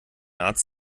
arzt